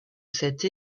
cette